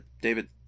David